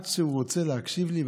עד שהוא רוצה להקשיב לי,